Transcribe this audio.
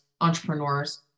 entrepreneurs